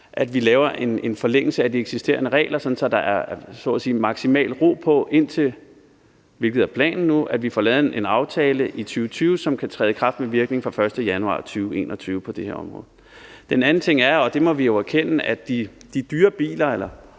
at vi laver en forlængelse af de eksisterende regler, så der så at sige er maksimalt ro på, indtil vi får lavet en aftale i 2020 – hvilket er planen nu – som kan træde i kraft med virkning fra den 1. januar 2021 på det her område. Den anden ting er, og det må vi jo erkende, at de dyre biler,